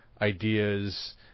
ideas –